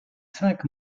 cinq